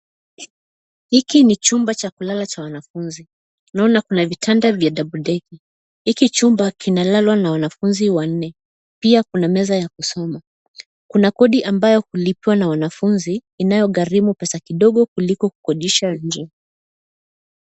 Hiki ni chumba cha kulala cha wanafunzi. Naona kuna vitanda vya double daker . Hiki chumba kinalalwa na wanafunzi wanne, pia kuna meza ya kusoma. Kuna kodi ambayo hulipwa na wanafunzi inayogarimu pesa kidogo kuliko kukodisha nje.